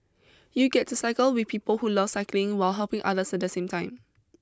you get to cycle with people who love cycling while helping others at the same time